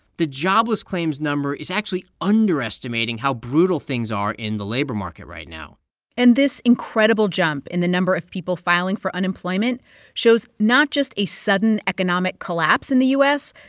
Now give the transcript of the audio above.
the jobless claims number is actually underestimating how brutal things are in the labor market right now and this incredible jump in the number of people filing for unemployment shows not just a sudden economic collapse in the u s,